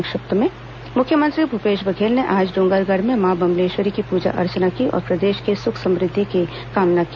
संक्षिप्त समाचार मुख्यमंत्री भूपेश बघेल ने आज डोंगरगढ़ में मां बम्लेश्वरी की पूजा अर्चना की और प्रदेश के सुख समृद्धि की कामना की